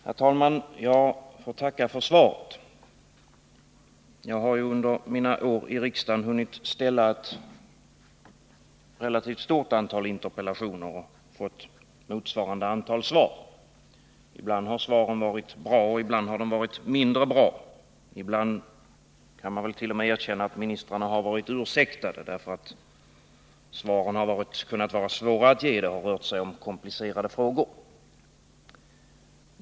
Herr talman! Jag får tacka för svaret. Jag har under mina år i riksdagen hunnit att ställa ett relativt stort antal interpellationer och fått ett motsvarande antal svar. Ibland har svaren varit bra, ibland har de varit mindre bra. Ibland kan man väl t.o.m. erkänna att ministrarna varit ursäktade därför att svaren har varit svåra att ge; det har rört sig om komplicerade frågor.